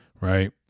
right